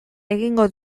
egingo